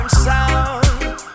sound